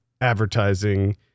advertising